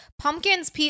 Pumpkins